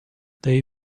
they